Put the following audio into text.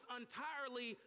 entirely